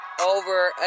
over